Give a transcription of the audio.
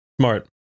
Smart